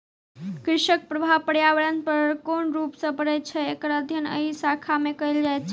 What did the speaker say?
कृषिक प्रभाव पर्यावरण पर कोन रूप मे पड़ैत छै, एकर अध्ययन एहि शाखा मे कयल जाइत छै